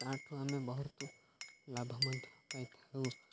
ତା'ଠୁ ଆମେ ବହୁତ ଲାଭ ମଧ୍ୟ ପାଇଥାଉ